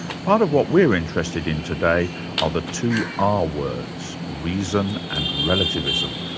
part of what we're interested in today are the two ah r-words, reason and relativism,